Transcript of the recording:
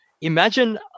imagine